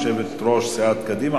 יושבת-ראש סיעת קדימה,